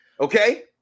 Okay